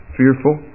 fearful